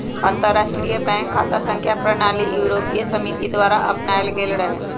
अंतरराष्ट्रीय बैंक खता संख्या प्रणाली यूरोपीय समिति द्वारा अपनायल गेल रहै